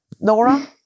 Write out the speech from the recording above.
Nora